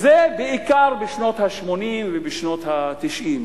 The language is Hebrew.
זה היה בעיקר בשנות ה-80 ובשנות ה-90.